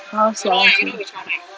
how sia